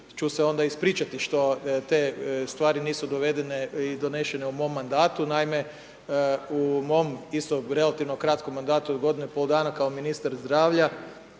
ću se onda ispričati što te stvari nisu dovedene i donesene u mom mandatu. Naime, u mom isto relativno kratkom mandatu od 1,5 godinu kao ministar zdravlja